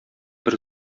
бер